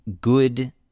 good